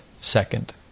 second